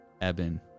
Eben